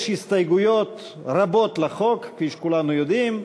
יש הסתייגויות רבות לחוק, כפי שכולנו יודעים.